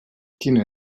quina